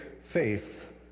faith